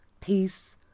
peace